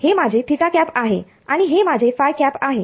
हे माझे आहे आणि हे माझे आहे